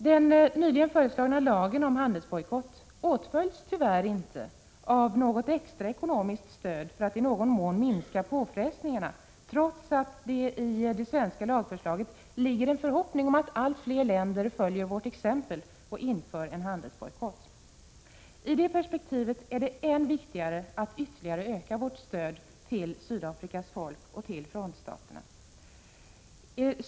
Den nyligen föreslagna lagen om handelsbojkott åtföljs tyvärr inte av något extra ekonomiskt stöd för att i någon mån minska påfrestningarna, trots att det i det svenska lagförslaget ligger en förhoppning om att allt fler länder följer vårt exempel och inför en handelsbojkott. I det perspektivet är det än viktigare att ytterligare öka vårt stöd till Sydafrikas folk och till frontstaterna.